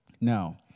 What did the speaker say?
Now